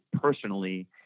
personally